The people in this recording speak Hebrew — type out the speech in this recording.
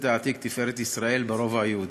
העתיק "תפארת ישראל" ברובע היהודי.